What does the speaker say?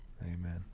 Amen